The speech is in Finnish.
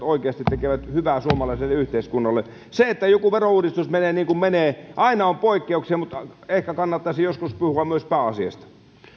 oikeasti tekevät hyvää suomalaiselle yhteiskunnalle se että joku verouudistus menee niin kuin menee aina on poikkeuksia mutta ehkä kannattaisi joskus puhua myös pääasiasta